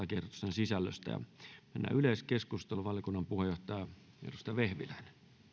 sisällöstä valiokunnan puheenjohtaja edustaja vehviläinen